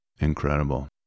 Incredible